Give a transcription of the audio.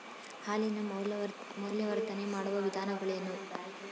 ಹಾಲಿನ ಮೌಲ್ಯವರ್ಧನೆ ಮಾಡುವ ವಿಧಾನಗಳೇನು?